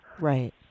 Right